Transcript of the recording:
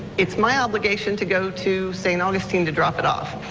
it's my obligation to go to st. augustine to drop it off.